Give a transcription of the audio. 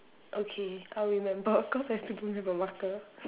okay I'll remember of course I still don't have a marker